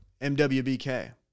MWBK